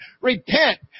Repent